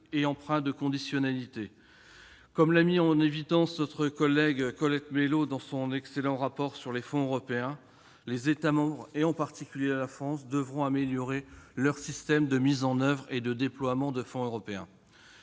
et empreint de conditionnalité. Comme l'a mis en évidence notre collègue Colette Mélot dans son excellent rapport sur les fonds européens, les États membres, et en particulier la France, devront améliorer leur système de mise en oeuvre et de déploiement des fonds européens.